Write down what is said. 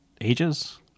ages